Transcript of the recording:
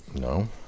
No